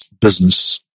business